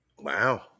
Wow